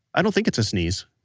i don't think it's a sneeze,